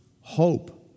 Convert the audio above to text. hope